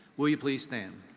will you please stand.